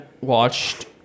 watched